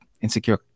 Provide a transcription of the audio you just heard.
insecure